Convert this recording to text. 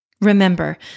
Remember